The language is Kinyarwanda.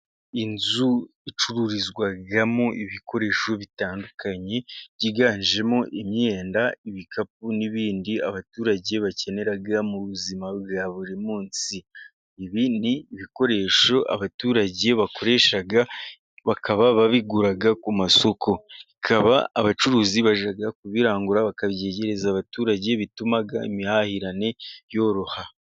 Inzu icururizwamo ibikoresho bitandukanye, byiganjemo imyenda, ibikapu n'ibindi, abaturage bakenera mu buzima bwa buri munsi, ibi ni ibikoresho abaturage bakoresha bakaba babigura ku masoko, bikaba abacuruzi bajya kubirangura bakabyegereza abaturage bituma imihahirane yoroha.